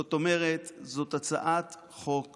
זאת אומרת, זו הצעת חוק